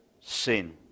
sin